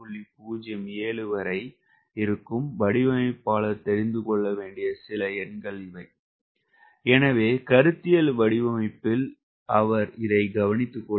07 வரை வடிவமைப்பாளர் தெரிந்து கொள்ள வேண்டிய சில எண்கள் இவை எனவே கருத்தியல் வடிவமைப்பில் அவர் இதை கவனித்துக்கொள்கிறார்